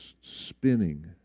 spinning